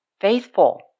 faithful